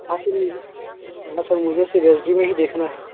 हाँ सर मुझे हाँ सर मुझे सिर्फ़ एच डी में ही देखना है